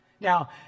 Now